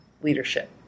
leadership